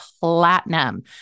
platinum